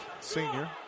senior